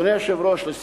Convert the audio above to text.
אדוני היושב-ראש, לסיום,